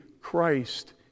Christ